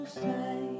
say